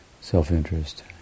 self-interest